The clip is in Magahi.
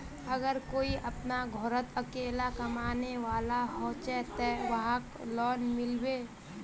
अगर कोई अपना घोरोत अकेला कमाने वाला होचे ते वहाक लोन मिलबे?